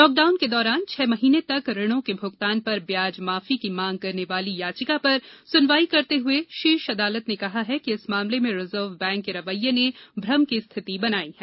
lockdown के दौरान छेह महीने तक ऋणों के भूगतान पर ब्याज माफी की मांग करने वाली याचिका पर सुनवाई करते हुए शीर्ष अदालत ने कहा है कि इस मामले में रिजर्व बैंक के रवैये ने भ्रम की स्थिति बनाई है